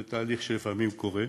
זה תהליך שלפעמים קורה,